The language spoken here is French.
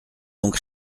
donc